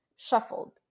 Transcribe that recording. shuffled